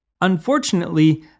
Unfortunately